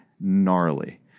gnarly